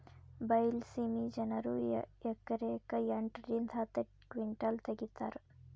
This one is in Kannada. ಬೈಲಸೇಮಿ ಜನರು ಎಕರೆಕ್ ಎಂಟ ರಿಂದ ಹತ್ತ ಕಿಂಟಲ್ ತಗಿತಾರ